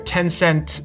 Tencent